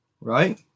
Right